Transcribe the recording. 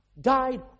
died